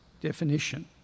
definition